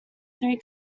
three